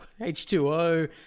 H2O